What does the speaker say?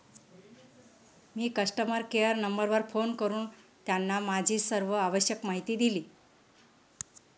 मी customer care नंबरवर phone करून त्यांना माझी सर्व आवश्यक माहिती दिली